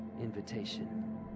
invitation